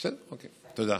בסדר, אבל התשובה